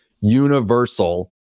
universal